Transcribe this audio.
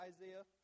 Isaiah